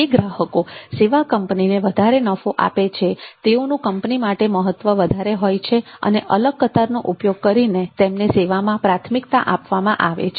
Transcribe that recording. જે ગ્રાહકો સેવા કંપનીને વધારે નફો આપે છે તેઓનુ કંપની માટે મહત્વ વધારે હોય છે અને અલગ કતારનો ઉપયોગ કરીને તેમને સેવામાં પ્રાથમિકતા આપવામાં આવે છે